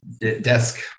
desk